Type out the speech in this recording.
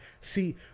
See